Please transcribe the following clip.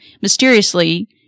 mysteriously